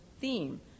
theme